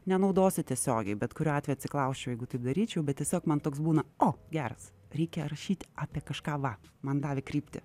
nenaudosiu tiesiogiai bet kuriuo atveju atsiklausčiau jeigu taip daryčiau bet tiesiog man toks būna o geras reikia rašyti apie kažką va man davė kryptį